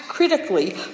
Critically